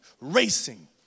racing